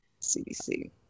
CDC